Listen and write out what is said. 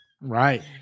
Right